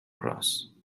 cross